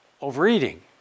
overeating